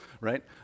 right